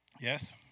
yes